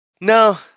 No